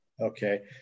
Okay